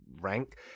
rank